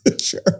Sure